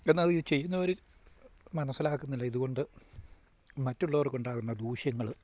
എന്നാൽ ഇത് ചെയ്യുന്നവർ മനസ്സിലാക്കുന്നില്ല ഇതു കൊണ്ട് മറ്റുള്ളവർക്കുണ്ടാകുന്ന ദൂഷ്യങ്ങൾ